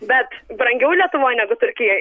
bet brangiau lietuvoj negu turkijoj